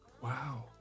wow